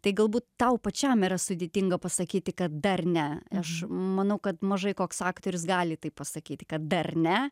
tai galbūt tau pačiam yra sudėtinga pasakyti kad dar ne aš manau kad mažai koks aktorius gali taip pasakyti kad dar ne